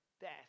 death